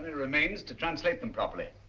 remains to translate them properly.